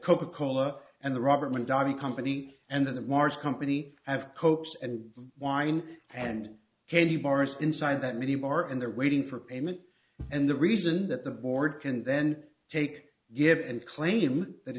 coca cola and the robert mondavi company and the large company have cokes and wine and candy bars inside that many more in there waiting for payment and the reason that the board can then take give and claim that